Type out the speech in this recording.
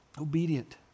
obedient